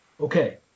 okay